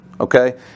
Okay